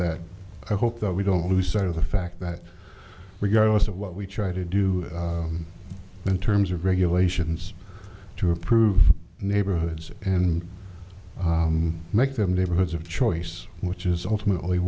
that i hope that we don't lose sight of the fact that regardless of what we try to do in terms of regulations to approve neighborhoods and make them neighborhoods of choice which is ultimately